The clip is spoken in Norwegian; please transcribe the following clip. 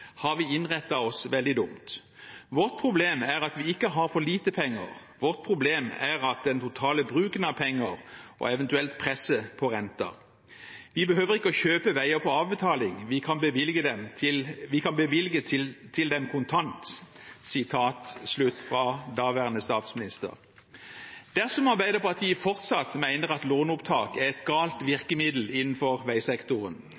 har vi innrettet oss veldig dumt. Vårt problem er ikke at vi har for lite penger, vårt problem er den totale bruken av penger og eventuelt press på renten. Vi behøver ikke å kjøpe veier på avbetaling, vi kan bevilge til dem kontant.» Dette sa daværende statsminister. Dersom Arbeiderpartiet fortsatt mener at låneopptak er et galt virkemiddel innenfor veisektoren,